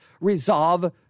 resolve